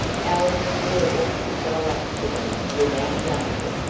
alice and edith could go up to them without danger.